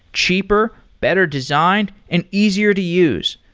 cheaper, better design and easier to use.